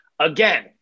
Again